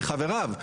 מחבריו,